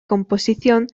composición